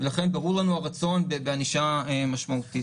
לכן ברור לנו הרצון בענישה משמעותית.